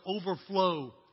overflow